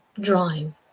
drawing